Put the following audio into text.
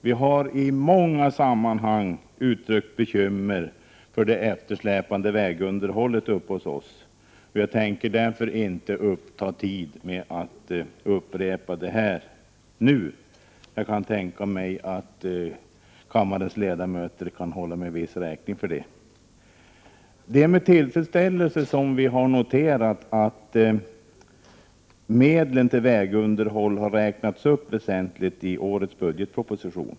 Vi har i många sammanhang uttryckt bekymmer för det eftersläpande vägunderhållet i Jämtland. Jag tänker därför inte uppta någon tid för att upprepa det nu. Jag kan tänka mig att kammarens ledamöter kan hålla mig viss räkning för det. Det är med tillfredsställelse som vi har noterat att medlen till vägunderhåll har räknats upp väsentligt i årets budgetproposition.